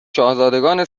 شاهزادگان